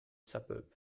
suburb